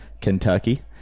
Kentucky